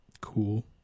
Cool